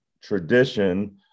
tradition